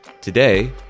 Today